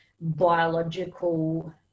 biological